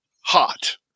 hot